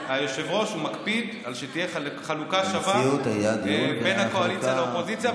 היושב-ראש מקפיד שתהיה חלוקה שווה בין הקואליציה לאופוזיציה,